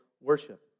worship